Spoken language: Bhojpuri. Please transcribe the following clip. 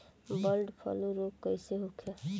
बर्ड फ्लू रोग कईसे होखे?